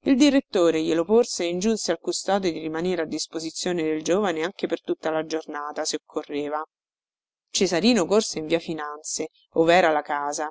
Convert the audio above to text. il direttore glielo porse e ingiunse al custode di rimanere a disposizione del giovane anche per tutta la giornata se occorreva cesarino corse in via finanze overa la casa